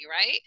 right